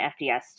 FDS